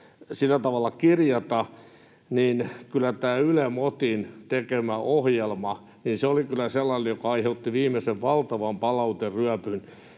sillä tavalla kirjata, niin kyllä tämä Ylen MOTin tekemä ohjelma oli kyllä sellainen, joka aiheutti viimeisen valtavan palauteryöpyn.